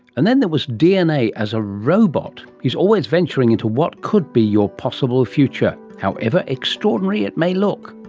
and then there was dna as a robot. he is always venturing into what could be your possible future, however extraordinary it may look.